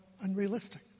unrealistic